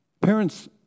Parents